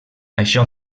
això